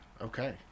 Okay